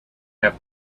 have